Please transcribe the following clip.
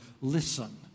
listen